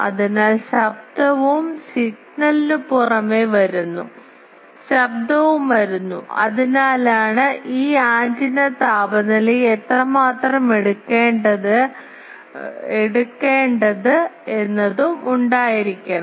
അതിനാൽ ശബ്ദവും സിഗ്നലിനുപുറമെ വരുന്നു ശബ്ദവും വരുന്നു അതിനാലാണ് ഈ ആന്റിന താപനിലയെ എത്രമാത്രം എടുക്കേണ്ടത് എന്നതും ഉണ്ടായിരിക്കണം